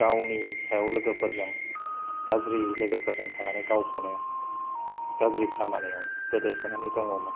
गावनि सायाव लोगोफोरजों गाज्रि लोगोफोरजों थानानै गावखौनो गाज्रि खामानियाव गोदोसोनानै दङमोन